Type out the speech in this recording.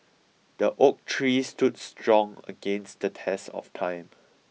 the oak tree stood strong against the test of time